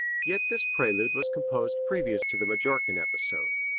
yet this prelude was composed previous to the majorcan episode.